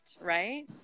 right